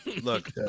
Look